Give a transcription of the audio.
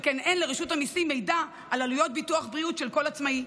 שכן אין לרשות המיסים מידע על עלויות ביטוח בריאות של כל עצמאי,